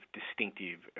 distinctive